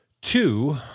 two